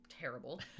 terrible